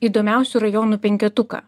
įdomiausių rajonų penketuką